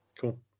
cool